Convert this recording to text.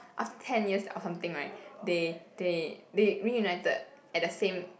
after ten years or something right they they they reunited at the same